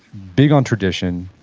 big on tradition,